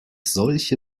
solche